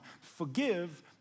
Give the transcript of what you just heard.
Forgive